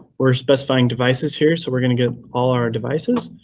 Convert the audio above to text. we're specifying devices here, so we're going to get all our devices.